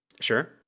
Sure